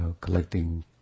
collecting